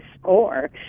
score